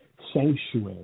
sanctuary